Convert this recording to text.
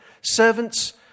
Servants